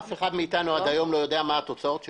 אך אחד מאיתנו לא יודע מה היו התוצאות שלו.